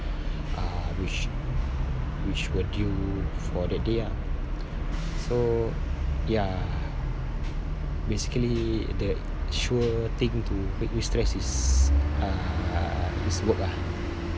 uh which which were due for that day ah so ya basically the sure thing to make me stress is uh is work ah